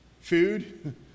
Food